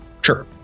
Sure